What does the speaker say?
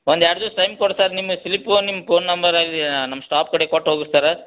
ಒಂದು ಎರಡು ದಿವ್ಸ ಟೈಮ್ ಕೊಡಿ ಸರ್ ನಿಮ್ಮ ಸಿಲಿಪ್ಪು ನಿಮ್ಮ ಪೋನ್ ನಂಬರ್ ಅಲ್ಲಿ ನಮ್ಮ ಸ್ಟಾಪ್ ಕಡೆ ಕೊಟ್ಟು ಹೋಗಿರಿ ಸರ್ರ